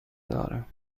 دارم